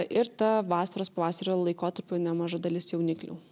ir ta vasaros pavasario laikotarpiu nemaža dalis jauniklių